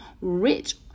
rich